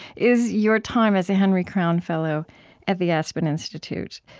is your time as a henry crown fellow at the aspen institute.